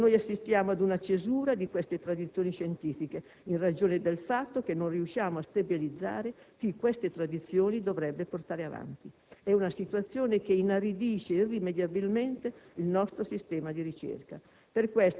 Ora noi assistiamo ad una cesura di queste tradizioni scientifiche, in ragione del fatto che non riusciamo a stabilizzare chi queste tradizioni dovrebbe portare avanti. È una situazione che inaridisce irrimediabilmente il nostro sistema di ricerca.